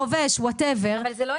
חובש או whatever -- אבל זה לא העניין,